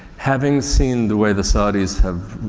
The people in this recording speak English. having seen the way the saudi's have,